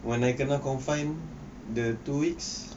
when I kena confined the two weeks